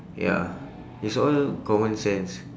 ya it's all common sense